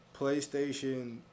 PlayStation